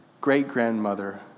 Great-grandmother